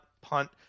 punt